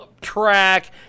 track